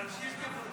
ימשיך כבודו.